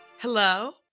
Hello